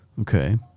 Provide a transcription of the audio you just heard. okay